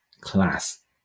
class